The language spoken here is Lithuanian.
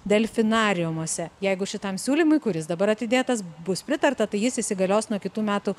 delfinariumuose jeigu šitam siūlymui kuris dabar atidėtas bus pritarta tai jis įsigalios nuo kitų metų